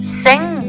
sing